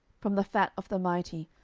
from the fat of the mighty,